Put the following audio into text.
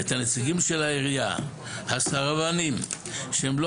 את הנציגים של העירייה הסרבנים שהם לא